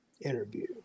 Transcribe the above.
interview